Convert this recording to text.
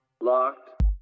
Locked